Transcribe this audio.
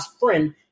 friend